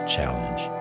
challenge